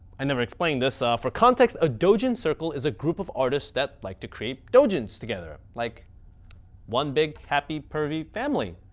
i never explained this, ah for context a doujin circle is a group of artists that like to create doujins together, like one big happy, pervy family.